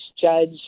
judge